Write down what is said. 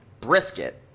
brisket